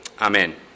Amen